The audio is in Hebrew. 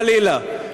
חלילה.